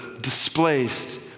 displaced